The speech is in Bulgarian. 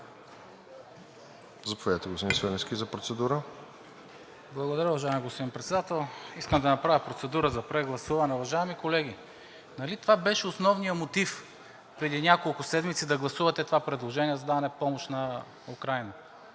ГЕОРГИ СВИЛЕНСКИ (БСП за България): Благодаря, уважаеми господин Председател. Искам да направя процедура за прегласуване. Уважаеми колеги, нали това беше основният мотив преди няколко седмици да гласувате това предложение за даване на помощ на Украйна